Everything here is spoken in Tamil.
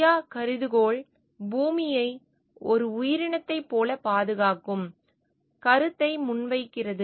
கியா கருதுகோள் பூமியை ஒரு உயிரினத்தைப் போல பாதுகாக்கும் கருத்தை முன்வைக்கிறது